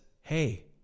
hey